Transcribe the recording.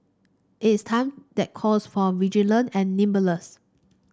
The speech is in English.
it's a time that calls for and nimbleness